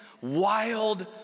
wild